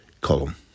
column